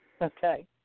Okay